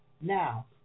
Now